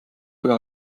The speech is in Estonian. kui